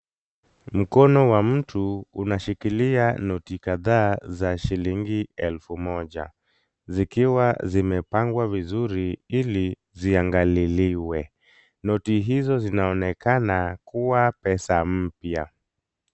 Mkono wa mtu unashikilia noti kadhaa za shilingi elfu moja zikiwa zimepangwa vizuri ili ziangaliliwe. Noti hizo zinaonekana kuwa pesa mpya.